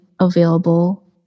available